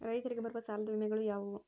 ರೈತರಿಗೆ ಬರುವ ಸಾಲದ ವಿಮೆಗಳು ಯಾವುವು?